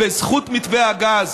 בזכות מתווה הגז